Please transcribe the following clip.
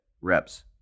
reps